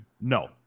No